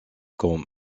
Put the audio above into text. comme